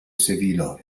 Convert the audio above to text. sevilo